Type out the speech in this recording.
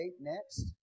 Next